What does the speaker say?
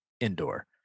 indoor